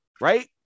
right